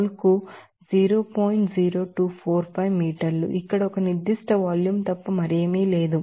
0245 మీటర్లు ఇక్కడ ఒక నిర్దిష్ట వాల్యూం తప్ప మరేమీ కాదు